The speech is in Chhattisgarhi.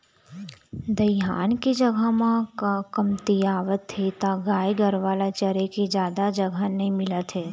दइहान के जघा ह कमतियावत हे त गाय गरूवा ल चरे के जादा जघा नइ मिलत हे